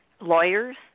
lawyers